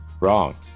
wrong